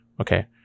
okay